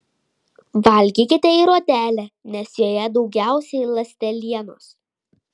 valgykite ir odelę nes joje daugiausiai ląstelienos